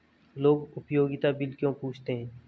लोग उपयोगिता बिल क्यों पूछते हैं?